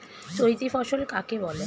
চৈতি ফসল কাকে বলে?